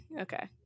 okay